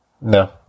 No